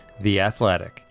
theathletic